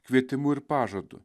kvietimu ir pažadu